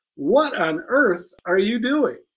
what on earth are you doing?